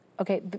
okay